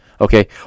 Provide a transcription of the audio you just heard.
okay